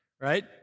right